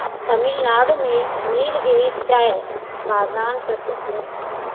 तमिलनाडु में नीलगिरी चाय बागान प्रसिद्ध है